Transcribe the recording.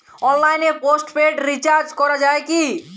অনলাইনে postpaid recharge করা যায় কি?